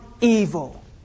evil